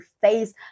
face